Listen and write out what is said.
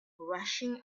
rushing